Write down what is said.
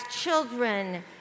children